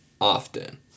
often